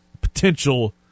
potential